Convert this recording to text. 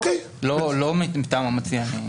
לא מטעם המציע.